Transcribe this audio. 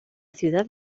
ciudad